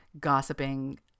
gossiping